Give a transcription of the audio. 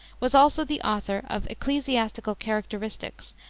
was also the author of ecclesiastical characteristics,